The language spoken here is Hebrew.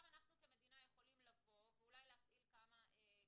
אנחנו כמדינה יכולים לבוא ואולי להפעיל כמה כלים.